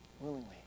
Willingly